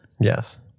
yes